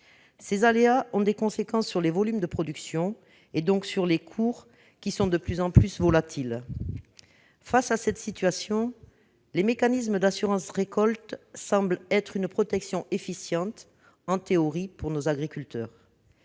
Ces aléas ont des conséquences sur les volumes de production, et donc sur les cours, qui sont de plus en plus volatils. Face à cette situation, les mécanismes d'assurance récolte semblent en théorie une protection efficiente pour nos agriculteurs.